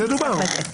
זה דובר.